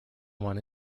one